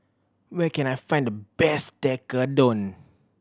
where can I find the best Tekkadon